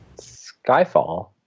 Skyfall